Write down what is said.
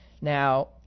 Now